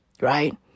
Right